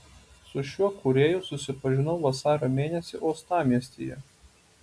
su šiuo kūrėju susipažinau vasario mėnesį uostamiestyje